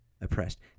oppressed